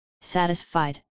Satisfied